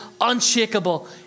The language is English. unshakable